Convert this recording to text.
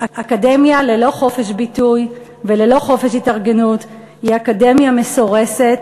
אקדמיה ללא חופש ביטוי וללא חופש התארגנות היא אקדמיה מסורסת,